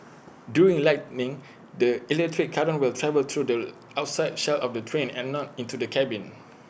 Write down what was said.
during lightning the electric current will travel through the outside shell of the train and not into the cabin